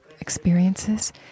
experiences